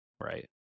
right